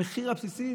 זה היה המחיר הבסיסי,